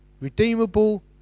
Redeemable